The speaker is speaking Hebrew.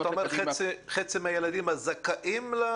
אתה אומר חצי מהילדים הזכאים.